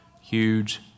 Huge